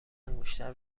انگشتر